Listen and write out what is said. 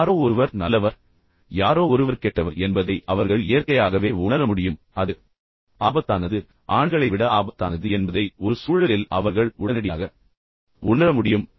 யாரோ ஒருவர் நல்லவர் யாரோ ஒருவர் கெட்டவர் என்பதை அவர்கள் இயற்கையாகவே உணர முடியும் அது ஆபத்தானது ஆண்களை விட ஆபத்தானது என்பதை ஒரு சூழலில் அவர்கள் உடனடியாக உணர முடியும்